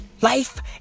Life